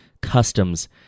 customs